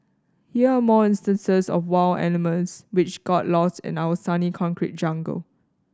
here are more instances of wild animals which got lost in our sunny concrete jungle